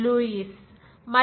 లూయిస్Warren K